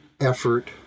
effort